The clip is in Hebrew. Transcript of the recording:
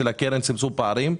של הקרן צמצום פערים.